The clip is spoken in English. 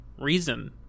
reason